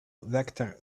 vector